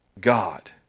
God